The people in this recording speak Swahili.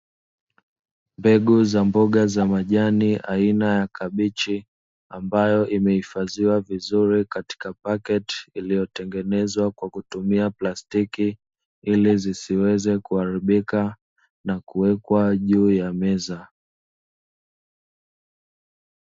Mbegu za mboga za majani aina ya kabichi ambayo imehifadhiwa vizuri katika paketi, iliyotengenezwa kwa kutumia plastiki ili zisiweze kuharibika na kuwekwa juu ya meza.